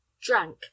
drank